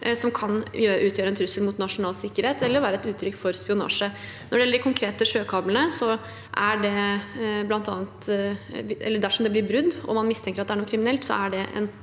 som kan utgjøre en trussel mot nasjonal sikkerhet eller være et uttrykk for spionasje. Når det gjelder de konkrete sjøkablene: Dersom det blir brudd og man mistenker at det er noe kriminelt, er det en